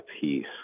peace